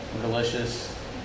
delicious